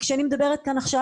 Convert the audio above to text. כשאני מדברת כאן עכשיו,